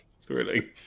thrilling